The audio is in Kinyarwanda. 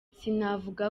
sinavuga